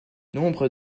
nombre